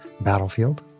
battlefield